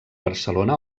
barcelona